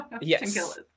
yes